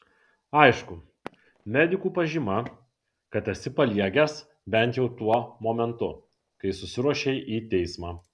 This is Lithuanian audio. aišku medikų pažyma kad esi paliegęs bent jau tuo momentu kai susiruošei į teismą